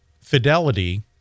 Fidelity